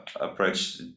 approach